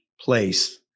place